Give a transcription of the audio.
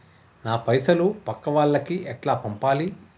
నా పైసలు పక్కా వాళ్లకి ఎట్లా పంపాలి?